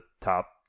top